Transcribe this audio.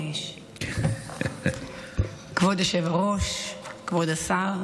כבוד היושב-ראש, כבוד השר,